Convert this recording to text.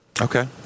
Okay